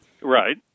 Right